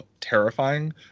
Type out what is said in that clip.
terrifying